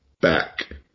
Back